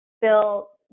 bill